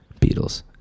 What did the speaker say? Beatles